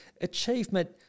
Achievement